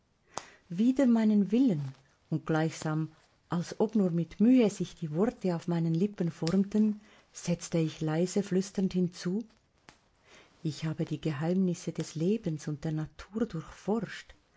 wider meinen willen und gleichsam als ob nur mit mühe sich die worte auf meinen lippen formten setzte ich leise flüsternd hinzu ich habe die geheimnisse des lebens und der natur durchforscht